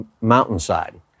mountainside